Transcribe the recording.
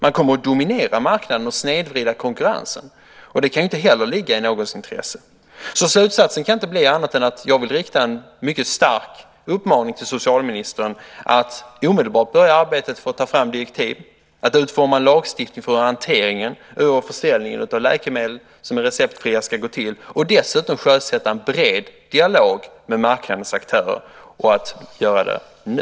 Man kommer att dominera marknaden och snedvrida konkurrensen. Det kan inte heller ligga i någons intresse. Slutsatsen kan inte bli annan. Jag vill rikta en mycket stark uppmaning till socialministern att omedelbart börja arbetet för att ta fram direktiv, att utforma en lagstiftning för hur hanteringen av försäljningen av läkemedel som är receptfria ska gå till och dessutom sjösätta en bred dialog med marknadens aktörer och göra det nu.